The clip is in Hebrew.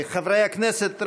חברי הכנסת,